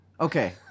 okay